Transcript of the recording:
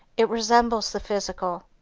it resembles the physical.